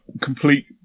complete